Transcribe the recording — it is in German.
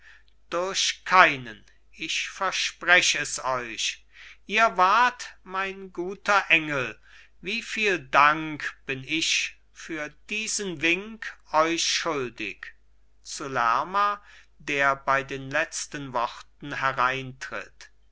durch keinen ich versprech es euch ihr wart mein guter engel wieviel dank bin ich für diesen wink euch schuldig zu lerma der bei den letzten worten hereintritt